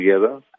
together